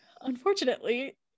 Unfortunately